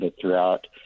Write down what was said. throughout